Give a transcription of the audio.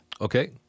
Okay